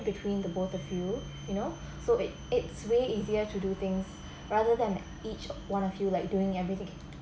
between the both of you you know so it it's way easier to do things rather than each one of you like doing everything